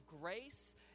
grace